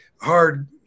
hard